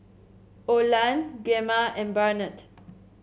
Oland Gemma and Barnett